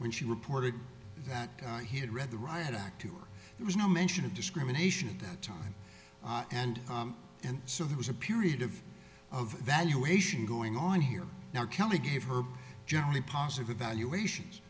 when she reported that he had read the riot act there was no mention of discrimination at that time and and so there was a period of of evaluation going on here now kelly gave her generally positive valuations